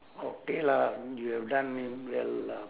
okay lah you have done well lah